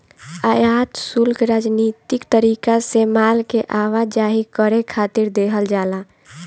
आयात शुल्क राजनीतिक तरीका से माल के आवाजाही करे खातिर देहल जाला